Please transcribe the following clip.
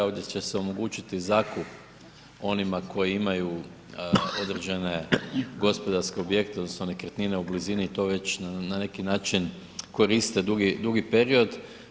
Ovdje će se omogućiti zakup onima koji imaju određene gospodarske objekte odnosno nekretnine u blizini i to već na neki način koriste dugi period.